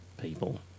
people